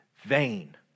Vain